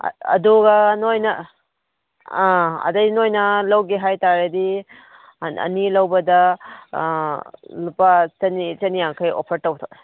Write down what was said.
ꯑꯗꯨꯒ ꯅꯣꯏꯅ ꯑꯥ ꯑꯗꯩ ꯅꯣꯏꯅ ꯂꯧꯒꯦ ꯍꯥꯏꯇꯥꯔꯗꯤ ꯑꯅꯤ ꯂꯧꯕꯗ ꯂꯨꯄꯥ ꯆꯅꯤ ꯆꯅꯤ ꯌꯥꯡꯈꯩ ꯑꯣꯐꯔ ꯇꯧꯊꯣꯛꯑꯦ